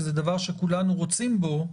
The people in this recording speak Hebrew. שזה דבר שכולנו רוצים בו,